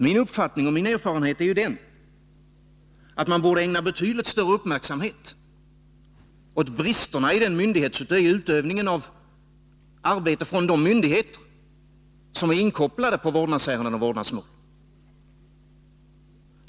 Min uppfattning och min erfarenhet är den att det borde ägnas betydligt större uppmärksamhet åt bristerna i arbetet från de myndigheter som är inkopplade på vårdnadsärenden och vårdnadsmål.